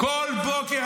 כל בוקר,